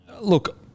Look